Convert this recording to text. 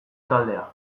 taldea